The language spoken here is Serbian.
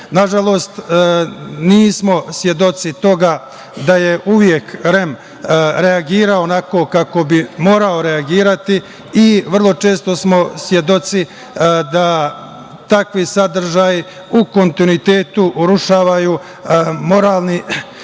državi. Nažalost, nismo svedoci toga da je uvek REM reagirao onako kako bi morao reagirati i vrlo često smo svedoci da takvi sadržaji u kontinuitetu urušavaju moralni